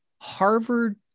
harvard